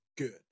Good